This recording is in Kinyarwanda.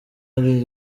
ari